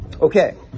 Okay